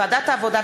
ועדת העבודה,